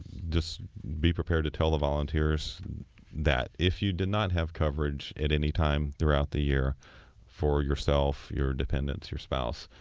just be prepared to tell the volunteers that. if you did not have coverage at any time throughout the year for yourself, your dependents, your spouse,